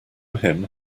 him